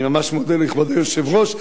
אני ממש מודה לכבוד היושב-ראש.